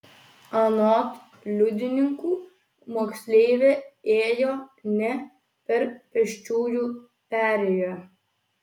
anot liudininkų moksleivė ėjo ne per pėsčiųjų perėją